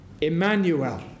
Emmanuel